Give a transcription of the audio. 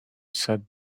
said